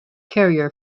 carrier